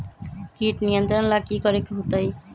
किट नियंत्रण ला कि करे के होतइ?